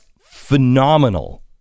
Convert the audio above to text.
phenomenal